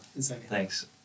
Thanks